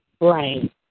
Right